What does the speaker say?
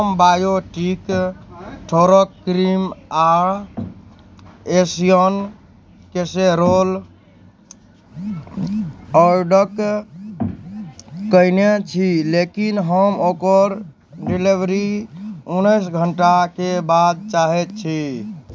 हम बायोटिक ठोरके क्रीम आओर एशियन कैसेरोल ऑडर कएने छी लेकिन हम ओकर डिलीवरी उनैस घण्टाके बाद चाहै छी